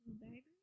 Baby